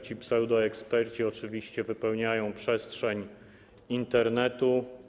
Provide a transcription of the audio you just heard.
Ci pseudoeksperci oczywiście wypełniają przestrzeń Internetu.